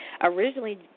Originally